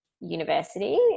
University